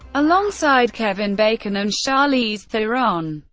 alongside kevin bacon and charlize theron.